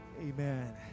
Amen